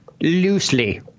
loosely